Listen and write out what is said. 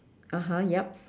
(uh huh) yup